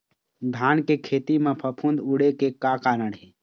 धान के खेती म फफूंद उड़े के का कारण हे?